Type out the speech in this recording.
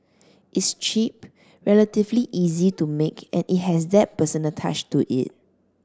it's cheap relatively easy to make and it has that personal touch to it